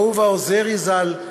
אהובה עוזרי ז"ל,